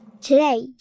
Today